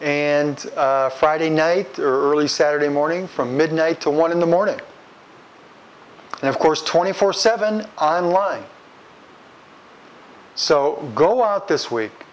and friday night early saturday morning from midnight to one in the morning and of course twenty four seven on line so go out this week